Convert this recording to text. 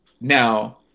Now